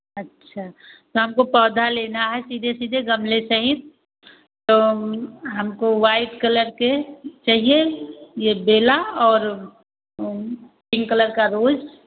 अच्छा शाम को पौधा लेना है चीज़ें चीज़ें गमले सहित तो हमको व्हाइट कलर के चाहिए यह बेला और पिंक कलर का रोज़